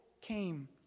came